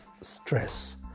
stress